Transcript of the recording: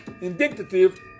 indicative